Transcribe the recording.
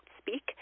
speak